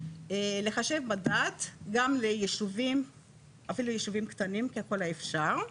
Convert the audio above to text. לחשב מדד גם לישובים קטנים ככל האפשר.